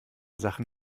sachen